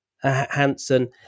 Hanson